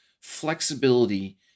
flexibility